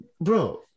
bro